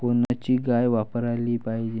कोनची गाय वापराली पाहिजे?